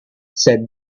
said